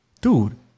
dude